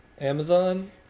Amazon